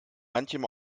manchem